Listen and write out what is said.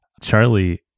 Charlie